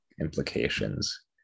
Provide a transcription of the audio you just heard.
implications